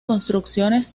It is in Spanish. construcciones